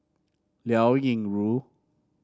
Liao Yingru